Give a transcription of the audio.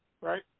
right